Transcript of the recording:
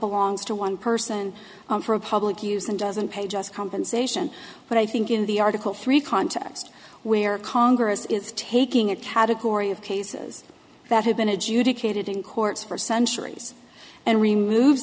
belongs to one person for public use and doesn't pay just compensation but i think in the article three context where congress is taking a category of cases that have been adjudicated in courts for centuries and remove